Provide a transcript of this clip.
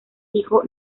hijo